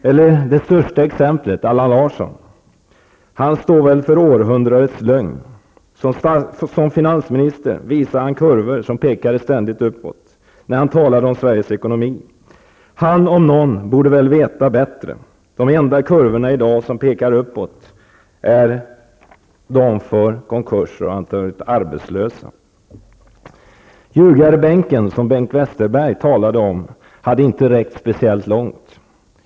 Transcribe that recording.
Eller tag det främsta exemplet, Allan Larsson. Han står väl för århundradets lögn. Som finansminister visade han kurvor som ständigt pekade uppåt när han talade om Sveriges ekonomi. Han om någon borde väl veta bättre -- de enda kurvorna i dag som pekar uppåt är de för konkurser och antalet arbetslösa. Ljugarbänken, som Bengt Westerberg talade om, hade inte räckt långt.